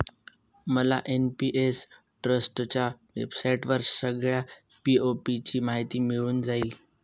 मला एन.पी.एस ट्रस्टच्या वेबसाईटवर सगळ्या पी.ओ.पी ची माहिती मिळून जाईल